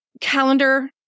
calendar